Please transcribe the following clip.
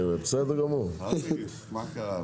בבקשה,